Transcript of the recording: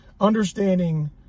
understanding